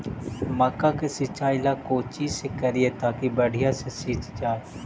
मक्का के सिंचाई ला कोची से करिए ताकी बढ़िया से सींच जाय?